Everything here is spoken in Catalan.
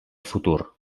futur